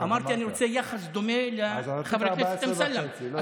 אמרתי שאני רוצה יחס דומה לחבר הכנסת אמסלם.